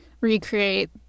recreate